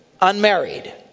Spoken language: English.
unmarried